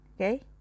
okay